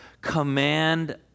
command